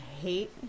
hate